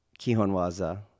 Kihonwaza